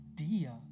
idea